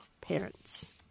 parents